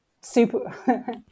super